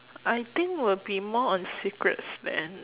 I think will be more on secrets than